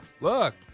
look